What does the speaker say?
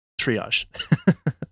triage